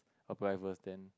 apply first then